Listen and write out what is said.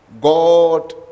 god